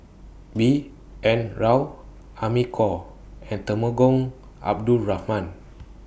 B N Rao Amy Khor and Temenggong Abdul Rahman